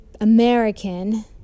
American